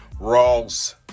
Rawls